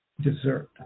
dessert